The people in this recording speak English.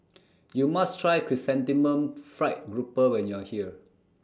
YOU must Try Chrysanthemum Fried Grouper when YOU Are here